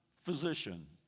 physician